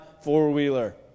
four-wheeler